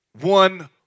one